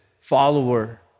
follower